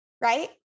right